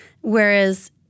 Whereas